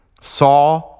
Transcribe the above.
saw